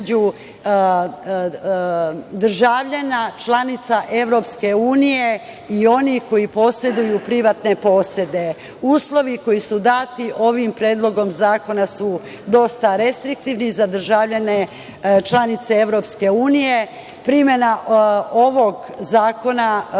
državljana članica EU i onih koji poseduju privatne posede. Uslovi koji su dati ovim Predlogom zakona su dosta restriktivni za državljane članice EU. Primena ovog zakona